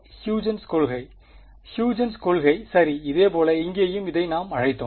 Huygens huygen's கொள்கை சரி இதேபோல் இங்கேயும் இதை நாங்கள் அழைத்தோம்